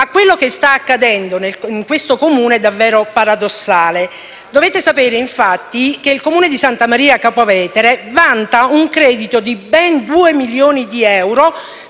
Ma quello che sta accadendo in questo Comune è davvero paradossale. Dovete sapere, infatti, che il Comune di Santa Maria Capua Vetere vanta un credito di ben due milioni di euro